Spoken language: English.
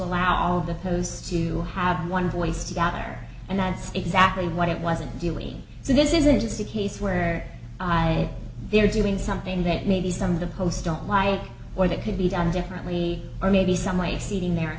allow all of the pows to have one voice to batter and that's exactly what it wasn't doing so this isn't just a case where i they're doing something that maybe some of the post don't lie or that can be done differently or maybe some ice eating their